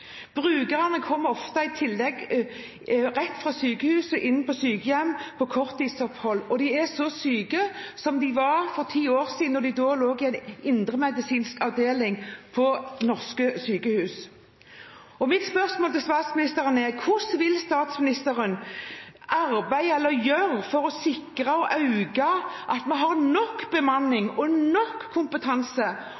Brukerne kommer ofte, i tillegg, rett fra sykehus og inn på sykehjem på korttidsopphold – og de er like syke som de var for ti år siden da de lå på en indremedisinsk avdeling på et norsk sykehus. Mitt spørsmål til statsministeren er: Hva vil statsministeren gjøre for å sikre at vi har nok bemanning og nok kompetanse